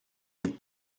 aimé